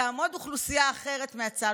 ותעמוד אוכלוסייה אחרת מהצד,